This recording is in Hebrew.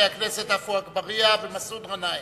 חברי הכנסת עפו אגבאריה ומסעוד גנאים.